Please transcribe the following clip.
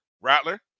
Rattler